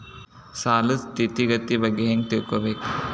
ಸಾಲದ್ ಸ್ಥಿತಿಗತಿ ಬಗ್ಗೆ ಹೆಂಗ್ ತಿಳ್ಕೊಬೇಕು?